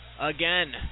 again